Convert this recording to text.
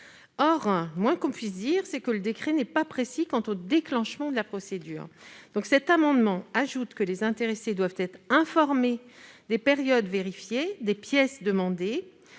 Or, le moins que l'on puisse dire, c'est que ce décret n'est pas précis quant au déclenchement de la procédure. Cet amendement vise à ajouter que les intéressés doivent être informés des périodes vérifiées et des pièces demandées,